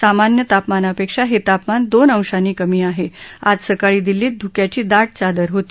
सामान्य तापमानापक्षा ह तापमान दोन अंशांनी कमी आह आज सकाळी दिल्लीत ध्क्याची दा चादर होती